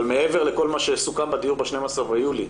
אבל מעבר לכל מה שסוכם בדיון ב-12 ביולי,